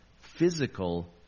physical